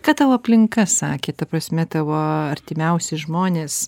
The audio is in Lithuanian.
ką tavo aplinka sakė ta prasme tavo artimiausi žmonės